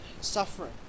suffering